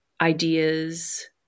ideas